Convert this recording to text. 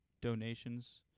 donations